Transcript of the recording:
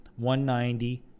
190